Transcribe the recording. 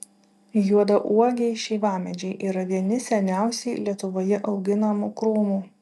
juodauogiai šeivamedžiai yra vieni seniausiai lietuvoje auginamų krūmų